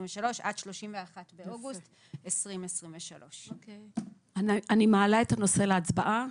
עד 31 באוגוסט 2023. אני מעלה את הנושא להצבעה.